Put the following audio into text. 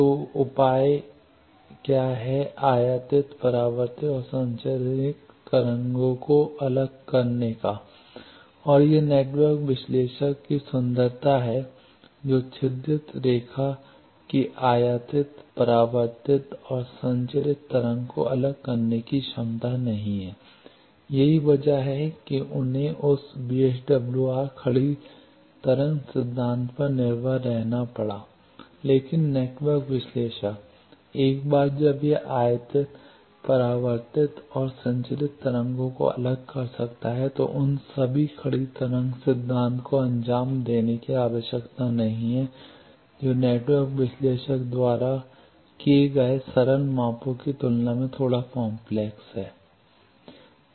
तो उपाय आयातित परावर्तित और संचरित तरंग को अलग करना है और यह नेटवर्क विश्लेषक की सुंदरता है जो छिद्रित रेखा की आयातित परावर्तित और संचरित तरंग को अलग करने की क्षमता नहीं है यही वजह है कि उन्हें उस वीएसडब्ल्यूआर खड़ी तरंग सिद्धांत पर निर्भर रहना पड़ा लेकिन नेटवर्क विश्लेषक एक बार जब यह आयातित परावर्तित और संचरित तरंगों को अलग कर सकता है तो उन सभी खड़ी तरंग सिद्धांत को अंजाम देने की आवश्यकता नहीं है जो नेटवर्क विश्लेषक द्वारा किए गए सरल मापों की तुलना में थोड़ा काम्प्लेक्स हैं